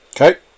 Okay